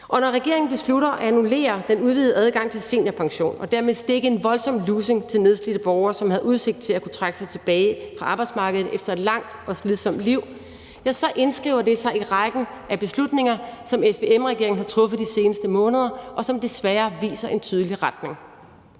når regeringen beslutter at annullere den udvidede adgang til seniorpension og dermed stikke en voldsom lussing til nedslidte borgere, som har udsigt til at kunne trække sig tilbage på arbejdsmarkedet efter et langt og slidsomt liv, så indskriver det sig i rækken af beslutninger, som SVM-regeringen har truffet de seneste måneder, og som desværre viser en tydelig retning.